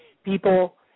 People